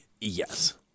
Yes